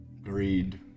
greed